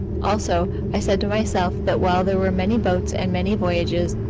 also, i said to myself that while there were many boats and many voyages,